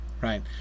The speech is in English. right